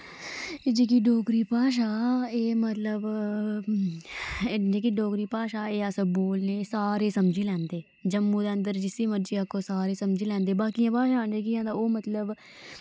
एह् जेह्की डोगरी भाशा एह् मतलब एह् जेह्की डोगरी भाशा एह् अस बोलने ते सारे समझी लैंदे जम्मू दे अंदर जिस्सी मरजी आक्खो सारे समझी लैंदे ते बाकी भाशा न जेह्कियां तां ओह् मतलब